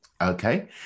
okay